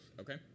Okay